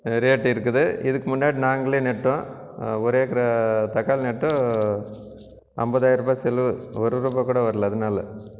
rate இருக்குது இதுக்கு முன்னாடி நாங்களே நட்டோம் ஒரே கிரா தக்காளி நட்டோம் ஐம்பதாயிரூபா செலவு ஒரு ரூபாய் கூட வரலை அதனால